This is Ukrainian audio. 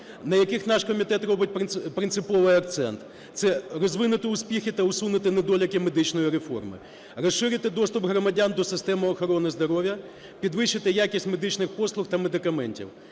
на яких наш комітет робить принциповий акцент – це розвинути успіхи та усунути недоліки медичної реформи, розширити доступ громадян до системи охорони здоров'я, підвищити якість медичних послуг та медикаментів,